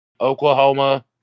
Oklahoma